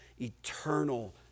eternal